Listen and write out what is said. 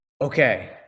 okay